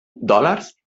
dòlars